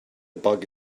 bug